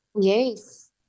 Yes